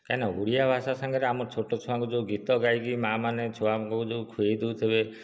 କାହିଁକିନା ଓଡ଼ିଆ ଭାଷା ସାଙ୍ଗରେ ଆମ ଛୋଟ ଛୁଆଙ୍କୁ ଯେଉଁ ଗୀତ ଗାଇକି ମା'ମାନେ ଛୁଆଙ୍କୁ ଯେଉଁ ଖୁଆଇ ଦେଉଥିବେ